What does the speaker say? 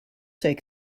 take